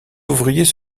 ouvriers